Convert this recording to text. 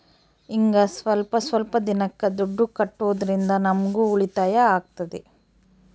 ಹಿಂಗ ಸ್ವಲ್ಪ ಸ್ವಲ್ಪ ದಿನಕ್ಕ ದುಡ್ಡು ಕಟ್ಟೋದ್ರಿಂದ ನಮ್ಗೂ ಉಳಿತಾಯ ಆಗ್ತದೆ